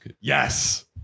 Yes